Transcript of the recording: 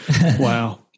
Wow